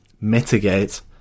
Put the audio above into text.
mitigate